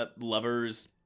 lovers